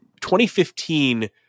2015